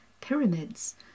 pyramids